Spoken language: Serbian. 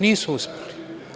Nisu uspeli.